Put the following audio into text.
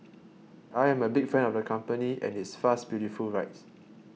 I am a big fan of the company and its fast beautiful rides